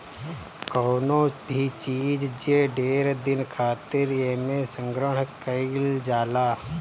कवनो भी चीज जे ढेर दिन खातिर एमे संग्रहण कइल जाला